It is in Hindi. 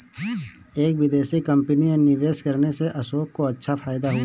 एक विदेशी कंपनी में निवेश करने से अशोक को अच्छा फायदा हुआ